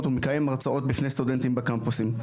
ומקיים הרצאות בפני סטודנטים בקמפוסים.